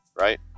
right